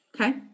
Okay